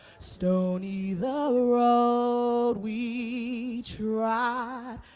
stony the road we trod,